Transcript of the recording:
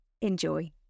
Enjoy